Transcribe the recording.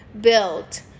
built